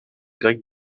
grec